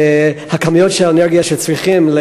וכמויות האנרגיה שצריכים,